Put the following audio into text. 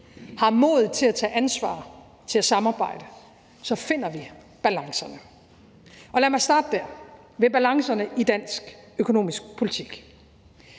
har modet til at tage ansvar, til at samarbejde, så finder vi balancerne. Og lad mig starte dér, nemlig ved balancerne i dansk økonomisk politik.